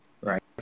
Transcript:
right